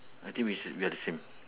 I think we s~ we are the same